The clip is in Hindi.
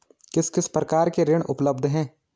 किस किस प्रकार के ऋण उपलब्ध हैं?